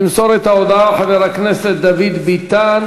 ימסור את ההודעה חבר הכנסת דוד ביטן.